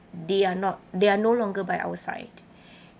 they are not they are no longer by our side